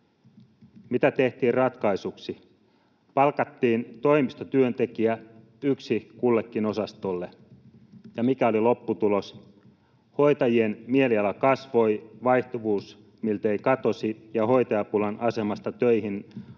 Mitä tehtiin ratkaisuksi? Palkattiin toimistotyöntekijä, yksi kullekin osastolle. Ja mikä oli lopputulos? Hoitajien mieliala nousi, vaihtuvuus miltei katosi ja hoitajapulan asemasta töihin haluavia